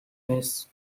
miss